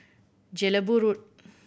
Jelebu Road